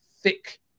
thick